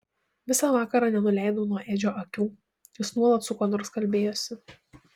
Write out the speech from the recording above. visą vakarą nenuleidau nuo edžio akių jis nuolat su kuo nors kalbėjosi